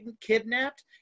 kidnapped